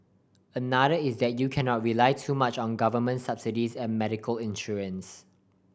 another is that you cannot rely too much on government subsidies and medical insurance